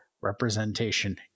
representation